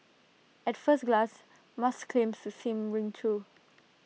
at first glance Musk's claims to seems ring true